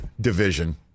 division